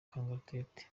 kangaratete